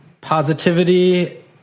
positivity